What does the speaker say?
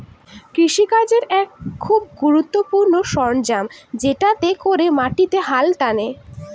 কৃষি কাজের এক খুব গুরুত্বপূর্ণ সরঞ্জাম যেটাতে করে মাটিতে হাল টানে